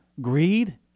greed